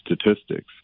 statistics